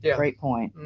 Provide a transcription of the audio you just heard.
yeah great point.